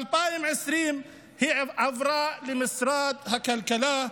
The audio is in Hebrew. בשנת 2020 היא עברה למשרד הכלכלה,